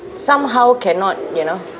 somehow cannot you know